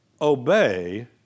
obey